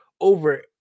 over